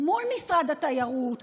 מול משרד התיירות,